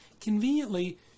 Conveniently